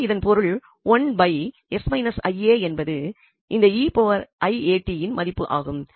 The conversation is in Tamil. எனவே இதன் பொருள் என்பது இந்த 𝑒𝑖𝑎𝑡இன் மதிப்பு ஆகும்